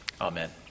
Amen